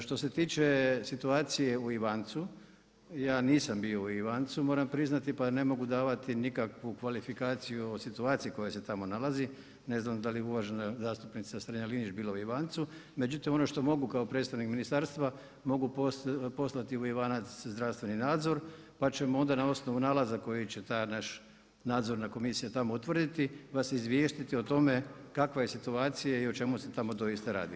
Što se tiče situacije u Ivancu, ja nisam bio u Ivancu, moram priznati, pa ne mogu davati nikakvu kvalifikaciju o situaciji koja se tamo nalazi, ne znam, da li je uvažena zastupnica Strenja-linić bila u Ivancu, međutim ono što mogu kao predstavnik ministarstva, mogu poslati u Ivanac zdravstveni nadzor, pa ćemo onda na osnovu nalaza koji će ta naš nadzorna komisija tamo utvrditi, vas izvijestiti o tome kakva je situacija i o čemu se tamo doista radi.